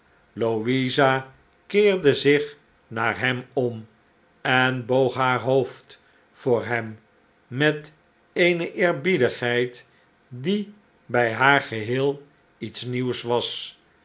louisa keerde zich naar hem om en boog haar hoofd voor hem met eene eerbiedigheid die bij haar geheel iets nieuws was